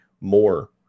more